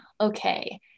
Okay